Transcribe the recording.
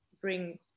bring